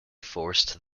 forced